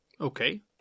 okay